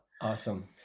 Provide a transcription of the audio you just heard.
Awesome